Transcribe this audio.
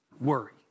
worry